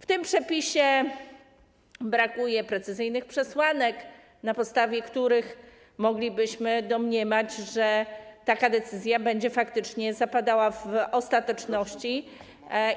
W tym przepisie brakuje precyzyjnych przesłanek, na podstawie których moglibyśmy domniemać, że taka decyzja będzie faktycznie zapadała w ostateczności